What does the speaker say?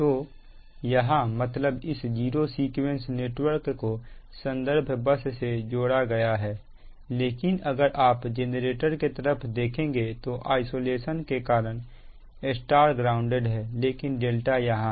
तो यहां मतलब इस जीरो सीक्वेंस नेटवर्क को संदर्भ बस से जोड़ा गया है लेकिन अगर आप जेनरेटर के तरफ देखेंगे तो आइसोलेशन के कारण Y ग्राउंडेड है लेकिन ∆ यहां है